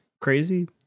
Crazy